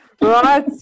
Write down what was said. Right